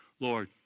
Lord